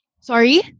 Sorry